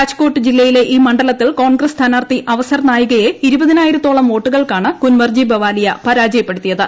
രാജ്കോട്ട് ജില്ലയിലെ ഈ മണ്ഡലത്തിൽ കോൺഗ്രസ് സ്ഥാനാർത്ഥി അവസർ നായികയെ ഇരുപതിനായിരത്തോളം വോട്ടുകൾക്കാണ് കുൻവർജി ബവാലിയ പരാജയപ്പെടുത്തിയത്